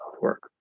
work